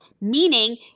Meaning